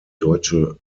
deutsche